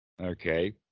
Okay